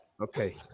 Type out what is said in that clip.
Okay